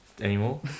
anymore